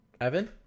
Evan